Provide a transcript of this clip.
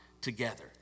together